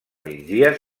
migdia